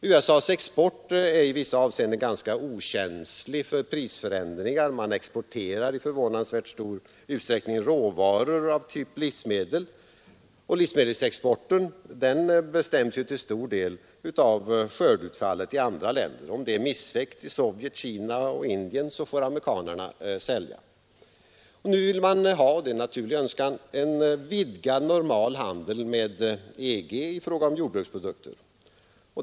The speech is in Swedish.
USA:s export är i vissa avseenden ganska okänslig för prisförändringar. Man exporterar i förvånandsvärt stor utsträckning råvaror av typ livsmedel. Och livsmedelsexporten bestäms till stor del av skördeutfallet i andra länder. Om det är missväxt i Sovjet, Kina och Indien får amerikanarna sälja. Nu vill man ha — det är en naturlig önskan — en vidgad normal handel med EG i fråga om jordbruksprodukter.